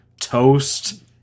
Toast